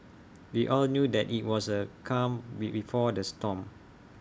we all knew that IT was the calm be before the storm